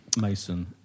Mason